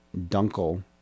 Dunkel